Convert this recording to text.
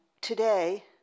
Today